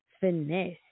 finesse